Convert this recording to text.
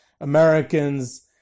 Americans